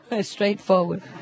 straightforward